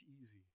easy